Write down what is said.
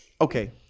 Okay